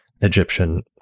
Egyptian